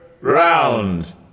round